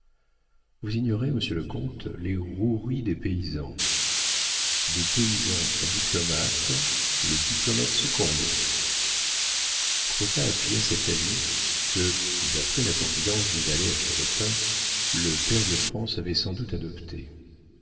vous ignorez monsieur le comte les roueries des paysans de paysan à diplomate le diplomate succombe crottat appuya cet avis que d'après la confidence du valet à pierrotin le pair de france avait sans doute adopté